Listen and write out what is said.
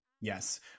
Yes